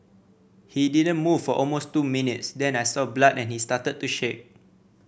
he didn't move for almost two minutes then I saw blood and he started to shake